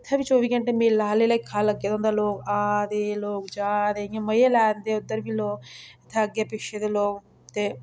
उत्थै बी चौबी घैंटे मेला आह्लै लेखा लग्गे दा लोक आ दे लोक जा दे इ'यां मज़े लै दे उद्धर बी लोक उत्थें अग्गें पिच्छें दे लोक ते